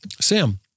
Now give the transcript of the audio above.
Sam